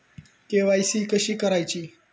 KYC कशी करायची?